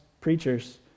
preachers